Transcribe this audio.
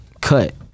cut